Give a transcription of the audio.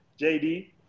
JD